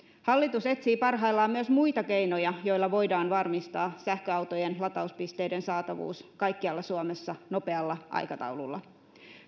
hallitus etsii parhaillaan myös muita keinoja joilla voidaan varmistaa sähköautojen latauspisteiden saatavuus kaikkialla suomessa nopealla aikataululla